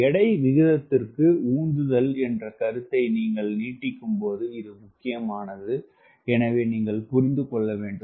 எடை விகிதத்திற்கு உந்துதல் என்ற கருத்தை நீங்கள் நீட்டிக்கும்போது இது முக்கியமானது எனவே நீங்கள் புரிந்து கொள்ள வேண்டும்